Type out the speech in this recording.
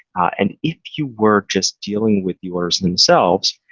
and if you were just dealing with the orders themselves,